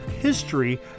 history